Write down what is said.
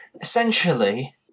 Essentially